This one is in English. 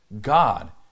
God